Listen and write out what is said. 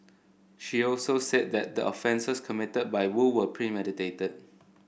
she also said that the offences committed by Woo were premeditated